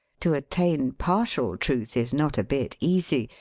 to attain partial truth is not a bit easy,